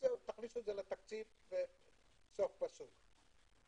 תכניסו את זה לתקציב וסוף פסוק.